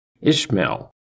Ishmael